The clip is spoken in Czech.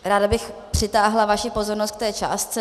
Ráda bych přitáhla vaši pozornost k té částce.